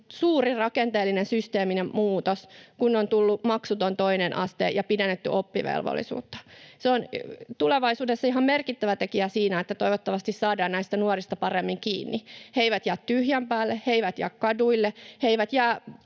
suuri rakenteellinen ja systeeminen muutos, kun on tullut maksuton toinen aste ja on pidennetty oppivelvollisuutta. Se on tulevaisuudessa ihan merkittävä tekijä siinä, että toivottavasti saadaan näistä nuorista paremmin kiinni: he eivät jää tyhjän päälle, he eivät jää kaduille, ja he eivät jää